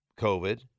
COVID